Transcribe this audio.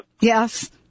yes